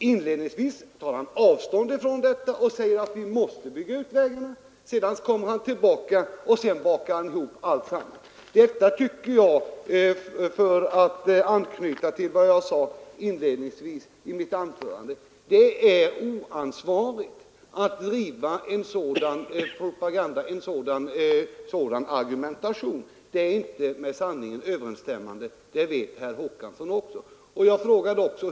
Inledningsvis avstår han från detta och säger att vi måste bygga ut vägarna. Sedan kommer han tillbaka och bakar ihop alltsammans. Det är, tycker jag, för att anknyta till vad jag inledningsvis sade i mitt anförande oansvarigt att driva en sådan argumentation. Den är inte med sanningen överensstämmande — det vet herr Håkansson också.